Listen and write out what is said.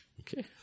Okay